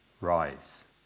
rise